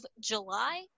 July